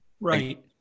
Right